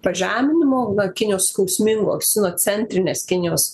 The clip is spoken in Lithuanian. pažeminimo na kinijos skausmingo sinocentrinės kinijos